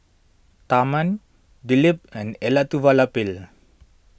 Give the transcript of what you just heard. Tharman Dilip and Elattuvalapil